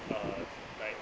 uh like